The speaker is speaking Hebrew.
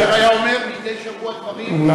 כאשר היה אומר מדי שבוע דברים,